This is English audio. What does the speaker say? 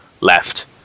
left